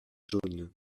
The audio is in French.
jaune